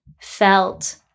felt